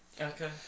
Okay